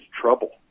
trouble